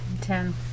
Ten